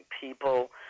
people